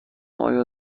آیا